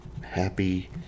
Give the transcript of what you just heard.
Happy